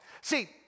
See